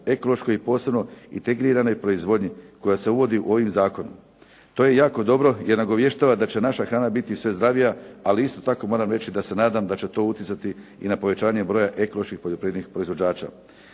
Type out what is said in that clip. ekološkoj i posebno integriranoj proizvodnji koja se uvodi ovim zakonom. To je jako dobro jer nagovještava da će naša hrana biti sve zdravija, ali isto tako moram reći da se nadam da će to utjecati i na povećanje broja ekoloških poljoprivrednih proizvođača.